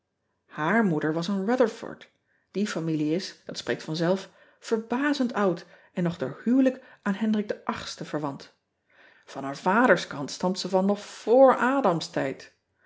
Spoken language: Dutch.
aar moeder was een utherford ie familie is dat spreekt van zelf verbazend oud en nog door huwelijk aan endrik verwant an haar aders karat stamt ze van nog vr